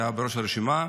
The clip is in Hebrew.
שהיה בראש הרשימה,